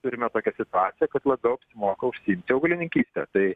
turime tokią situaciją kad labiau apsimoka užsiimti augalininkyste tai